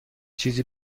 چیزی